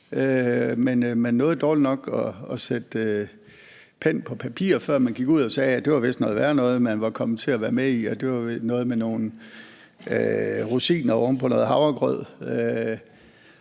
men man nåede dårligt nok at sætte pennen på papiret, før man gik ud og sagde, at det da vist var noget værre noget, man var kommet til at være med i, og at det var noget med nogle rosiner på noget havregrød.